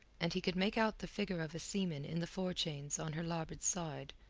and he could make out the figure of a seaman in the forechains on her larboard side,